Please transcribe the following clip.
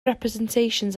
representations